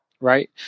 right